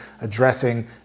addressing